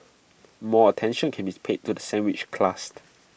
more attention can be paid to the sandwiched class